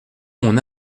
mon